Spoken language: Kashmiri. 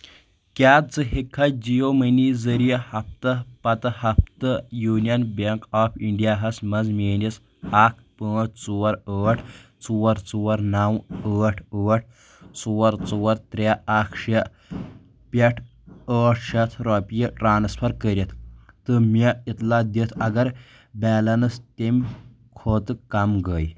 کیٛاہ ژٕ ہٮ۪کِکھا جِیو مٔنی ذٔریعہٕ ہفتہٕ پتہٕ ہفتہٕ یوٗنِیَن بیٚنٛک آف اِنٛڈیا ہَس منٛز میٲنِس اکھ پانٛژھ ژور ٲٹھ ژور ژور نَو ٲٹھ ٲٹھ ژور ژور ترٛے اکھ شیٚے پٮ۪ٹھ ٲٹھ شَتھ رۄپیہِ ٹرانسفر کٔرِتھ تہٕ مےٚ اطلاع دِتھ اگر بیلنس تَمہِ کھۄتہٕ کم گٔے؟